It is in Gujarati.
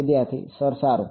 વિદ્યાર્થીઃ સર સારું